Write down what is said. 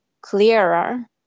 clearer